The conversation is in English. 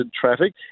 traffic